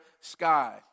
sky